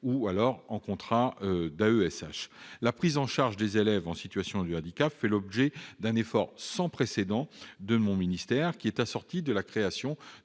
-, soit en contrat d'AESH. La prise en charge des élèves en situation de handicap fait l'objet d'un effort sans précédent de mon ministère, assorti de la création